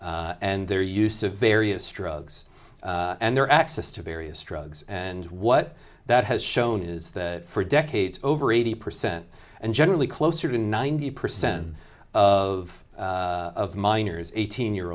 olds and their use of various drugs and their access to various drugs and what that has shown is that for decades over eighty percent and generally closer to ninety percent of of minors eighteen year